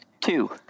Two